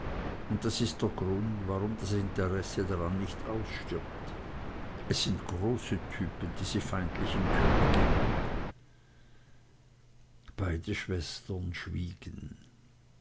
und das ist der grund warum das interesse daran nicht ausstirbt es sind große typen diese feindlichen königinnen beide schwestern schwiegen